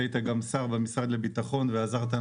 אנחנו דנים